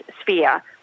sphere